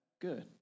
good